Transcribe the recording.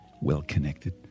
well-connected